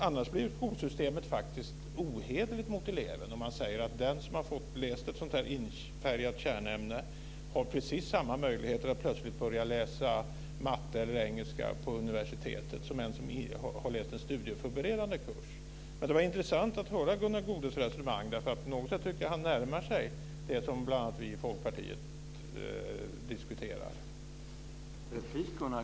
Annars blir skolsystemet faktiskt ohederligt mot eleven om man säger att den som har läst ett sådant här infärgat kärnämne har precis samma möjligheter att plötsligt börja läsa matematik eller engelska på universitetet som en som har läst en studieförberedande kurs. Men det var intressant att höra Gunnar Goudes resonemang. På något sätt tycker jag att han närmar sig det som bl.a. vi i Folkpartiet diskuterar.